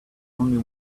only